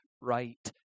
right